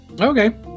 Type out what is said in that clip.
Okay